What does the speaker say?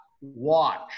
watch